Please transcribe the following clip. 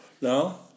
No